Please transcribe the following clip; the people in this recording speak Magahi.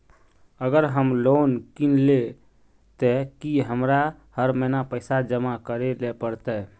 अगर हम लोन किनले ते की हमरा हर महीना पैसा जमा करे ले पड़ते?